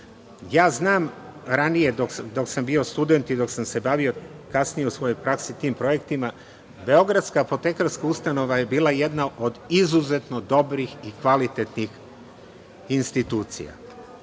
Ja znam ranije dok sam bio student i dok sam se bavio kasnije u svojoj praksi tim projektima, Beogradska apotekarska ustanova je bila jedna od izuzetno dobrih i kvalitetnih institucija.